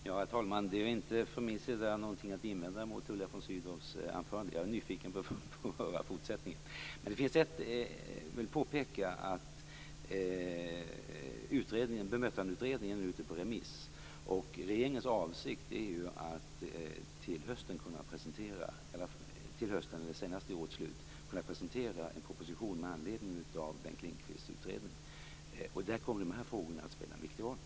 Herr talman! Det finns ingenting från min sida att invända mot Tullia von Sydows anförande. Jag är i stället nyfiken på fortsättningen. Jag vill påpeka att Bemötandeutredningen nu är ute på remiss. Regeringens avsikt är att till hösten, eller senast vid årets slut, kunna presentera en proposition med anledning av Bengt Lindqvists utredning. Där kommer de här frågorna att spela en viktig roll.